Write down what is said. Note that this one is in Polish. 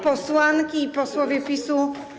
Posłanki i Posłowie PiS-u!